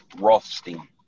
Rothstein